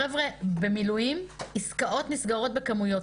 חבר'ה, במילואים עסקאות נסגרות בכמויות.